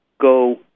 Go